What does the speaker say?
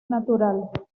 natural